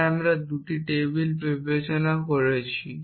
তাই আমি 2 টেবিল বিবেচনা করেছি